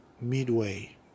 midway